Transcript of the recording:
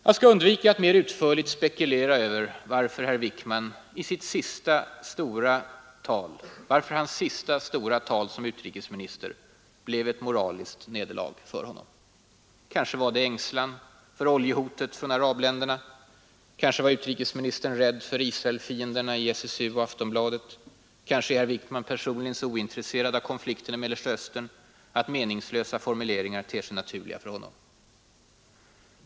Jag skall undvika att mer utförligt spekulera över varför herr Wickmans sista stora tal som utrikesminister blev ett moraliskt nederlag för honom. Kanske var det ängslan för oljehotet från arabländerna. Kanske var utrikesministern rädd för Israelfienderna i SSU och Aftonbladet. Kanske är herr Wickman personligen så ointresserad av konflikten i Mellersta Östern att meningslösa formuleringar ter sig naturliga för honom.